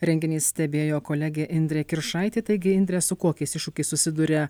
renginį stebėjo kolegė indrė kiršaitė taigi indre su kokiais iššūkiais susiduria